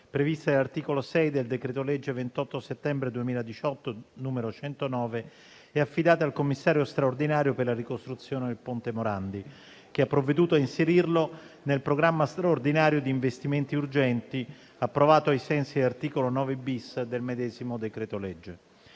previste all'articolo 6, del decreto-legge 28 settembre 2018, n. 109, e affidate al commissario straordinario per la ricostruzione del ponte Morandi, che ha provveduto a inserirlo nel programma straordinario di investimenti urgenti, approvato ai sensi dell'articolo 9-*bis* del medesimo decreto-legge.